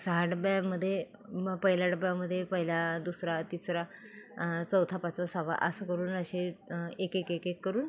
सहा डब्यामध्ये म पहिल्या डब्यामध्ये पहिला दुसरा तिसरा चौथा पाचवा सहावा असं करून असे एक एक एक करून